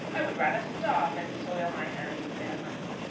i would rather starve than soil my hands with their money.